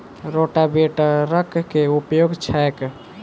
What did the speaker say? रोटावेटरक केँ उपयोग छैक?